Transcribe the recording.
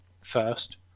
first